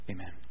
Amen